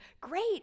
great